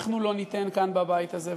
אנחנו לא ניתן כאן בבית הזה,